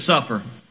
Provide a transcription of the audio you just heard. suffer